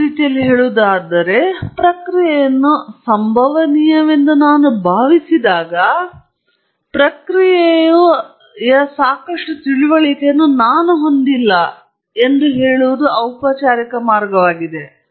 ಬೇರೆ ರೀತಿಯಲ್ಲಿ ಹೇಳುವುದಾದರೆ ಪ್ರಕ್ರಿಯೆಯನ್ನು ಸಂಭವನೀಯವೆಂದು ನಾನು ಭಾವಿಸಿದಾಗ ಪ್ರಕ್ರಿಯೆಯ ಸಾಕಷ್ಟು ತಿಳುವಳಿಕೆಯನ್ನು ನಾನು ಹೊಂದಿಲ್ಲ ಎಂದು ಹೇಳುವ ಔಪಚಾರಿಕ ಮಾರ್ಗವಾಗಿದೆ